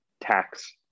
tax